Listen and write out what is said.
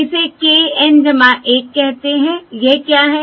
इसे k N 1 कहते हैं यह क्या है